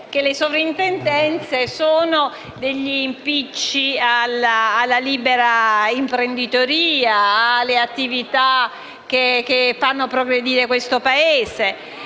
che le sovrintendenze sono degli impicci alla libera imprenditoria, alle attività che fanno progredire questo Paese.